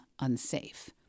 unsafe